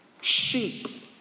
sheep